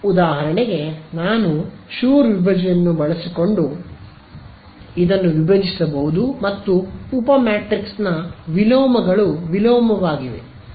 ಉದಾಹರಣೆಗೆ ನಾನು ಇದ್ದರೆ ಶುರ್ ವಿಭಜನೆಯನ್ನು ಬಳಸಿಕೊಂಡು ಇದನ್ನು ವಿಭಜಿಸಬಹುದು ಮತ್ತು ಉಪ ಮ್ಯಾಟ್ರಿಕ್ಸ್ನ ವಿಲೋಮಗಳು ವಿಲೋಮವಾಗಿವೆ